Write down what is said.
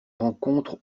rencontre